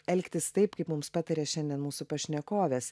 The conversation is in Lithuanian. elgtis taip kaip mums pataria šiandien mūsų pašnekovės